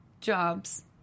jobs